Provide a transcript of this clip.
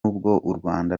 rwanda